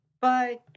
Bye